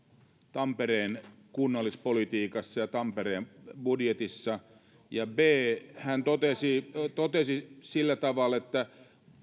tampereen kunnallispolitiikassa ja tampereen budjetissa ja b hän totesi totesi sillä tavalla että